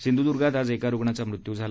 सिंध्दुर्गात आज एका रुग्णाचा मृत्यू झाला